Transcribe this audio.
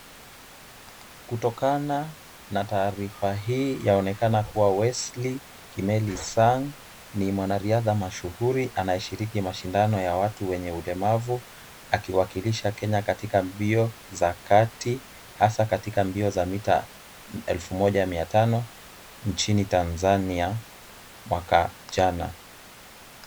Kutokana na taarifa hii yaonekana kuwa Wesley Kimeli Sang ni mwanariadha mashuhuri anayeshiriki mashindano ya watu wenye ulemavu akiwakilisha Kenya katika mbio za kati, hasa katika mbio za mita elfu moja mia tano nchini Tanzania mwaka jana.